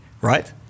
right